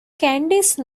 candice